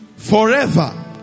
forever